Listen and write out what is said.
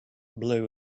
blue